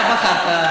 אתה בחרת.